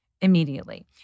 immediately